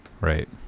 Right